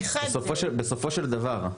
בסופו של דבר,